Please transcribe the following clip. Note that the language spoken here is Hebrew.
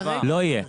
לא אהיה.